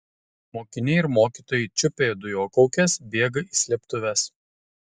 mokiniai ir mokytojai čiupę dujokaukes bėga į slėptuves